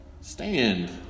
stand